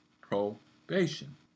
probation